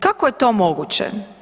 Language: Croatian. Kako je to moguće?